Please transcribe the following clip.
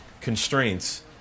constraints